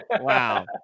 Wow